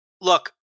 Look